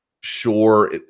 sure